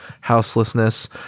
houselessness